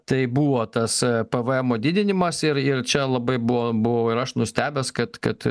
tai buvo tas pvemo didinimas ir ir čia labai buvo buvau ir aš nustebęs kad kad